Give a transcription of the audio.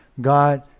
God